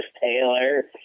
Taylor